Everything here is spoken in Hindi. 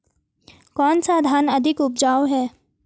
कौन सा धान अधिक उपजाऊ है?